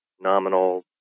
nominal